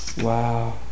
wow